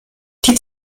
die